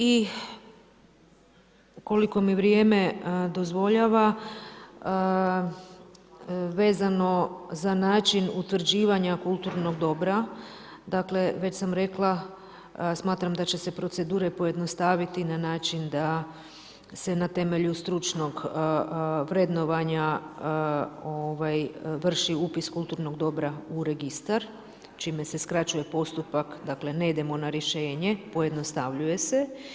I koliko mi vrijeme dozvoljava, vezano za način utvrđivanja kulturnog dobra, dakle već sam rekla, smatram da će se procedure pojednostaviti na način da se na temelju stručnog vrednovanja vrši upis kulturnog dobra u registar, čime se skraćuje postupak, dakle ne idemo na rješenje, pojednostavljuje se.